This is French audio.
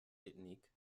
ethnique